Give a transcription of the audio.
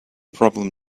problem